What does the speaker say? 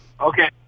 Okay